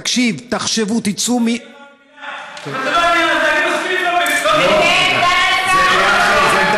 תקשיב, תחשבו, תצאו, אבל זה לא הדיון הזה.